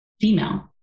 female